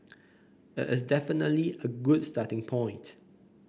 it is definitely a good starting point